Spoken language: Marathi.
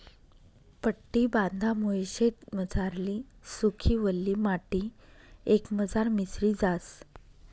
पट्टी बांधामुये शेतमझारली सुकी, वल्ली माटी एकमझार मिसळी जास